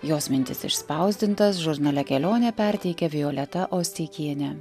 jos mintis išspausdintas žurnale kelionė perteikia violeta osteikienė